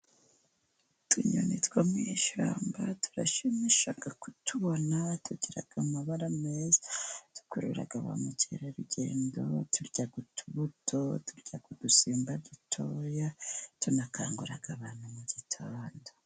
Utunyoni two mu ishyamba turashimisha kutubona, tugira amabara meza, dukurura ba mukerarugendo, turya utubuto, turya kudusimba dutoya, tunakangura abantu mu gitondo.